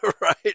right